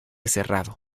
cerrado